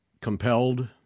compelled